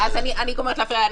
אז אני גומרת להפריע,